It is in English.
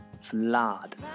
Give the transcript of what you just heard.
Flood